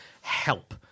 help